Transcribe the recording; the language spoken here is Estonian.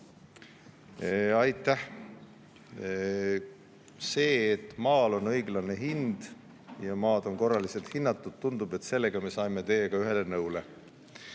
Aitäh! Selles, et maal on õiglane hind ja maad on korraliselt hinnatud, tundub, me saime teiega ühele nõule.